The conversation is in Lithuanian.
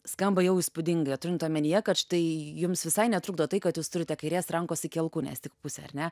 skamba jau įspūdingai turint omenyje kad štai jums visai netrukdo tai kad jūs turite kairės rankos iki alkūnės tik pusę ar ne